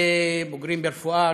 בוגרים ברפואה,